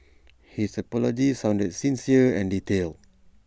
his apology sounded sincere and detailed